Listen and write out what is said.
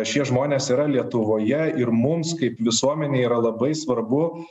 šie žmonės yra lietuvoje ir mums kaip visuomenei yra labai svarbu